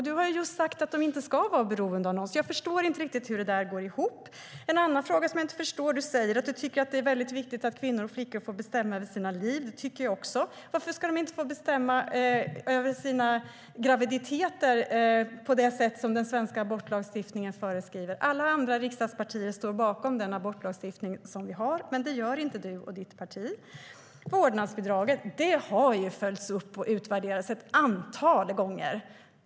Du har ju just sagt att de inte ska vara beroende av någon, så jag förstår inte riktigt hur det där går ihop. En annan sak som jag inte förstår är att du säger att du tycker att det är viktigt att flickor och kvinnor får bestämma över sina liv - det tycker jag också - men varför ska de inte få bestämma över sina graviditeter på det sätt som den svenska abortlagstiftningen föreskriver? Alla andra riksdagspartier står bakom den abortlagstiftning som vi har, men det gör inte du och ditt parti. När det gäller vårdnadsbidraget har det följts upp och utvärderats ett antal gånger.